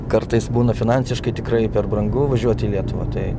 kartais būna finansiškai tikrai per brangu važiuot į lietuvą tai